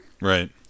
Right